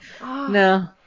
No